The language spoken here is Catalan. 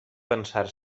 pensar